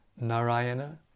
Narayana